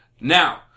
Now